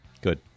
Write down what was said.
Good